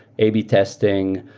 ab testing,